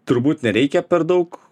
turbūt nereikia per daug